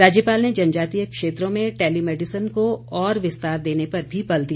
राज्यपाल ने जनजातीय क्षेत्रों में टेलीमैडिसन को और विस्तार देने पर भी बल दिया